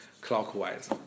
clockwise